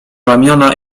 ramiona